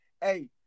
Hey